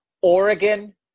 Oregon